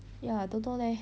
ya I don't know leh